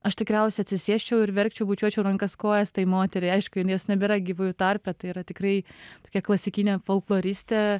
aš tikriausiai atsisėsčiau ir verkčiau bučiuočiau rankas kojas tai moteriai aišku jos nebėra gyvųjų tarpe tai yra tikrai tokia klasikinė folkloristė